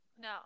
No